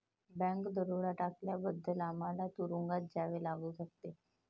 bank दरोडा टाकल्याबद्दल आम्हाला तुरूंगात जावे लागू शकते